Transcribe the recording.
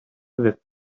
that